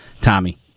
tommy